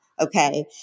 okay